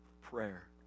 prayer